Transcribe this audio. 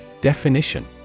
Definition